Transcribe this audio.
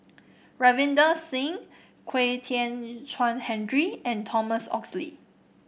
Ravinder Singh Kwek Hian Chuan Henry and Thomas Oxley